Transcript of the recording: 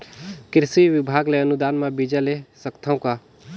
कृषि विभाग ले अनुदान म बीजा ले सकथव का?